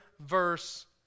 verse